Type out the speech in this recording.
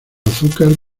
azúcar